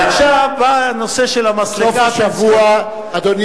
עכשיו בא הנושא של המסלקה הפנסיונית,